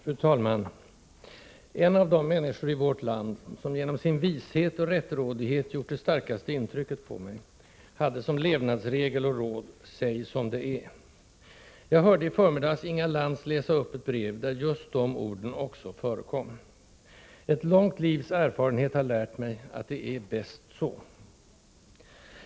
Fru talman! En av de människor i vårt land som genom sin vishet och rättrådighet gjort det starkaste intrycket på mig hade som levnadsregel och råd: ”Säg som det är.” Jag hörde i förmiddags Inga Lantz läsa upp ett brev, där just de orden också förekom. Ett långt livs erfarenhet har lärt mig att det är bäst så.